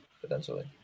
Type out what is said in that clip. potentially